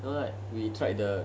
you know like we try the